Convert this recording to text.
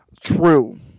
True